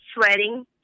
sweating